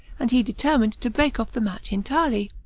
and he determined to break off the match entirely.